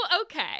okay